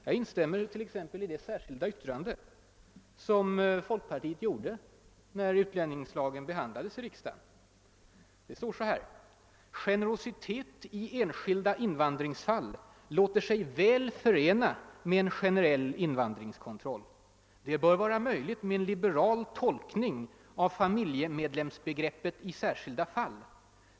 Jag instämde t.ex. i det särskilda yttrande som folkpartiet avgav när utlänningslagen behandlades i riksdagen. Där står: >Generositet i enskilda invandringsfall låter sig väl förena med en generell invandringskontroll. Det bör vara möjligt med en liberal tolkning av familjemedlemsbegreppet i särskilda fall.